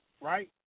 right